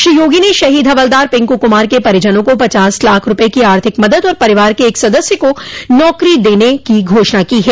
श्री योगी ने शहीद हवलदार पिंकू कूमार के परिजनों को पचास लाख रूपये की आर्थिक मदद और परिवार के एक सदस्य को सरकारी नौकरी देने की घोषणा की है